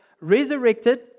resurrected